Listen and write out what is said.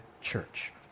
church